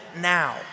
now